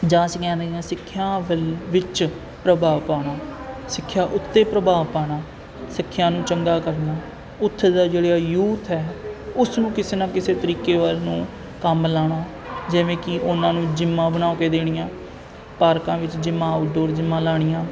ਜਾਂ ਅਸੀ ਕਹਿ ਦਿੰਦੇ ਸਿੱਖਿਆ ਵਿ ਵਿੱਚ ਪ੍ਰਭਾਵ ਪਾਉਣਾ ਸਿੱਖਿਆ ਉੱਤੇ ਪ੍ਰਭਾਵ ਪਾਉਣਾ ਸਿੱਖਿਆ ਨੂੰ ਚੰਗਾ ਕਰਨਾ ਉੱਥੇ ਦਾ ਜਿਹੜਾ ਯੂਥ ਹੈੈ ਉਸ ਨੂੰ ਕਿਸੇ ਨਾ ਕਿਸੇ ਤਰੀਕੇ ਵੱਲ ਨੂੰ ਕੰਮ ਲਾਉਣਾ ਜਿਵੇਂ ਕਿ ਉਹਨਾਂ ਨੂੰ ਜਿੰਮਾਂ ਬਣਾ ਕੇ ਦੇਣੀਆਂ ਪਾਰਕਾਂ ਵਿੱਚ ਜਿੰਮਾਂ ਆਊਟਡੋਰ ਜਿੰਮਾਂ ਲਾਉਣੀਆਂ